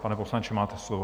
Pane poslanče, máte slovo.